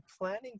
planning